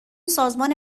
سازمان